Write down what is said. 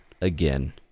again